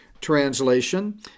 translation